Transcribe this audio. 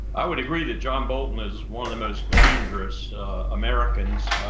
i would agree that john bolton is one of the most dangerous americans,